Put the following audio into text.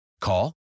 Call